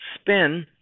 spin